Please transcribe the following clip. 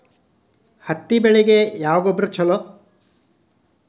ಹತ್ತಿ ಬೆಳಿಗ ಯಾವ ಗೊಬ್ಬರ ಛಲೋ?